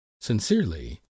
Sincerely